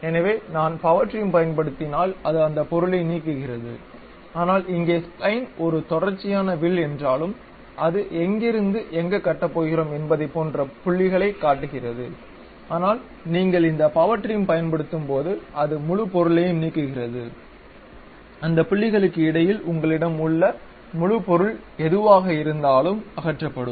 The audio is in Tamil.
எனவே நான் பவர் டிரிம் பயன்படுத்தினால் அது அந்த பொருளை நீக்குகிறது ஆனால் இங்கே ஸ்பைலைன் ஒரு தொடர்ச்சியான வில் என்றாலும் அது எங்கிருந்து எங்கு கட்டப் போகிறோம் என்பதைப் போன்ற புள்ளிகளைக் காட்டுகிறது ஆனால் நீங்கள் இந்த பவர் டிரிம் பயன்படுத்தும் போது அது முழு பொருளையும் நீக்குகிறது அந்த புள்ளிகளுக்கு இடையில் உங்களிடம் உள்ள முழு பொருள் எதுவாக இருந்தாலும் அகற்றப்படும்